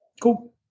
Cool